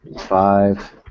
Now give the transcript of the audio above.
five